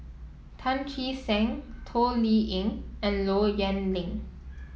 Tan Che Sang Toh Liying and Low Yen Ling